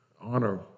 honor